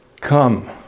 Come